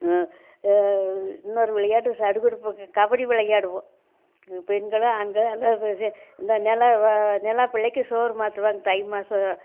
இன்னொரு விளையாட்டு சடுகுடு கபடி விளையாடுவோம் பெண்களோ ஆண்களோ எல்லாம் அந்த நிலா நிலா பிள்ளைக்குச் சோறு மாற்றுவாங்க தை மாதம்